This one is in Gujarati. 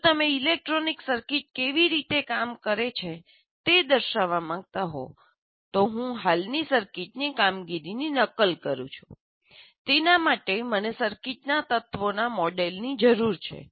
જો તમે ઇલેક્ટ્રોનિક સર્કિટ કેવી રીતે કામ કરે છે દર્શાવવા માંગતા હો તો હું હાલની સર્કિટની કામગીરીની નકલ કરું છું તેના માટે મને સર્કિટના તત્વોના મોડેલની જરૂર છે